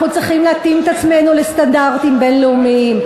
צריכים להתאים את עצמנו לסטנדרטים בין-לאומיים,